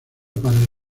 para